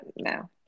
no